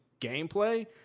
gameplay